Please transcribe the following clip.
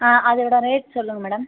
ஆ அதோடய ரேட் சொல்லுங்கள் மேடம்